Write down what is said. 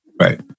Right